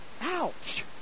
ouch